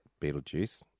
Beetlejuice